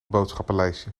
boodschappenlijstje